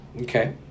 Okay